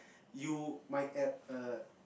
you might add err